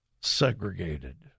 segregated